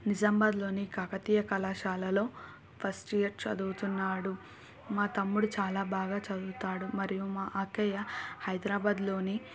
నిజామాబాదులోని కాకతీయ కళాశాలలో first year చదువుతున్నాడు మా తమ్ముడు చాలా బాగా చదువుతాడు మరియు మా అక్కయ్య హైదరాబాదులోని